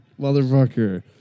motherfucker